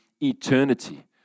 eternity